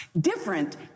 Different